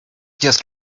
just